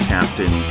Captain